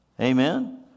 Amen